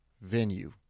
venue